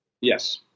Yes